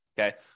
Okay